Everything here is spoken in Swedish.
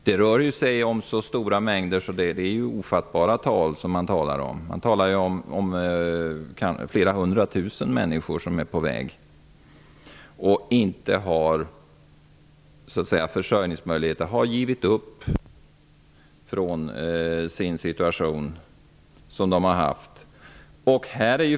Det är fråga om ofattbart stora tal. Det talas om att kanske flera hundra tusen människor utan försörjningsmöjligheter är på väg hit. De har givit upp i den situation som de har haft.